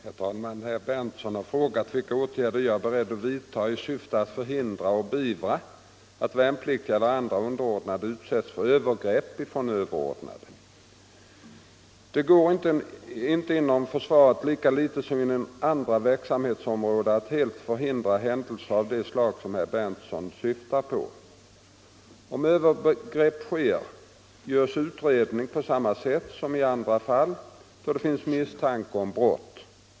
Herr talman! Herr Berndtson har frågat vilka åtgärder jag är beredd att vidta i syfte att förhindra och beivra att värnpliktiga eller andra underordnade utsätts för övergrepp från överordnade. Det går inte inom försvaret lika litet som inom andra verksamhetsområden att helt förhindra händelser av det slag som herr Berndtson syftar på. Om övergrepp sker, görs utredning på samma sätt som i andra fall då det finns misstanke om brott.